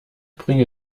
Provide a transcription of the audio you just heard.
bringe